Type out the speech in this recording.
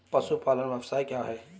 पशुपालन व्यवसाय क्या है?